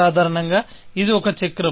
సాధారణంగా ఇది ఒక చక్రం